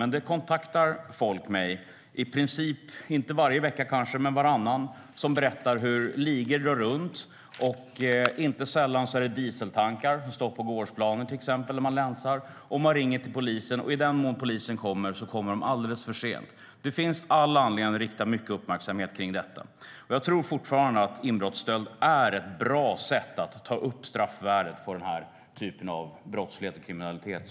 Men folk kontaktar mig kanske varannan vecka och berättar om ligor som drar runt. Inte sällan är det dieseltankar som står på gårdsplaner som länsas. De som drabbas ringer till polisen, och i den mån polisen kommer gör de det alldeles för sent. Det finns all anledning att rikta mycket uppmärksamhet mot detta. Jag tror fortfarande att en ändring av rubriceringen för detta brott till inbrottsstöld är ett bra sätt att höja straffvärdet för denna typ av brottslighet och kriminalitet.